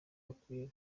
bakwiye